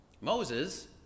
Moses